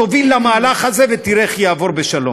תוביל למהלך הזה ותראה איך הוא יעבור בשלום.